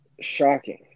Shocking